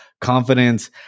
confidence